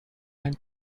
nel